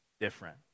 different